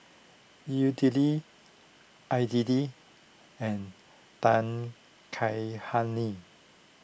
Idili and Dan Kaihani